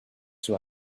two